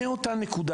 מאותה נקודה,